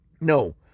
no